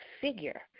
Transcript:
figure